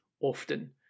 often